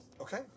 Okay